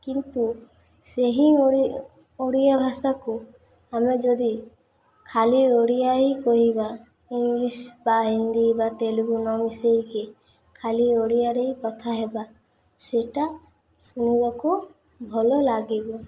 କିନ୍ତୁ ସେହି ଓଡ଼ିଆ ଭାଷାକୁ ଆମେ ଯଦି ଖାଲି ଓଡ଼ିଆ ହିଁ କହିବା ଇଂଲିଶ ବା ହିନ୍ଦୀ ବା ତେଲୁଗୁ ନ ମିଶେଇକି ଖାଲି ଓଡ଼ିଆରେ ହିଁ କଥା ହେବା ସେଇଟା ଶୁଣିବାକୁ ଭଲ ଲାଗିବ